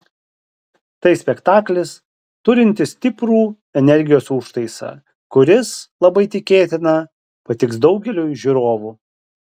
tai spektaklis turintis stiprų energijos užtaisą kuris labai tikėtina patiks daugeliui žiūrovų